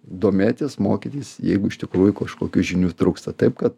domėtis mokytis jeigu iš tikrųjų kažkokių žinių trūksta taip kad